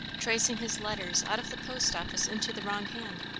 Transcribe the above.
tracing his letters out of the post office into the wrong hand.